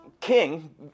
king